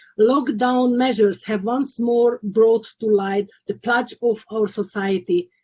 lockdown measures have once more brought to life the scourge of our societies,